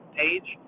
page